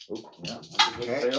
Okay